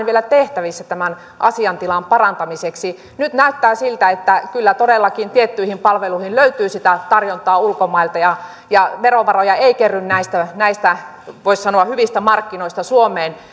vielä tehtävissä tämän asiantilan parantamiseksi nyt näyttää siltä että kyllä todellakin tiettyihin palveluihin löytyy sitä tarjontaa ulkomailta ja ja verovaroja ei kerry näistä näistä voisi sanoa hyvistä markkinoista suomeen